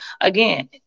again